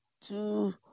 two